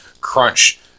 crunch